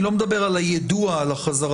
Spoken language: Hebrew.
אני לא מדבר על היידוע על החזרה,